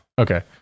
Okay